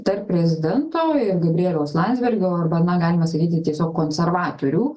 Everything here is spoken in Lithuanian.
tarp prezidento ir gabrieliaus landsbergio arba na galima sakyti tiesiog konservatorių